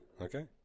okay